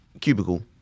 Cubicle